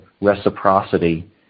reciprocity